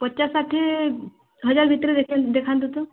ପଚାଶ ଷାଠିଏ ହଜାର ଭିତରେ ଦେଖାନ୍ତୁ ତ